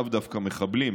לאו דווקא מחבלים,